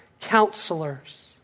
counselors